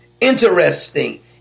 Interesting